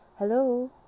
hello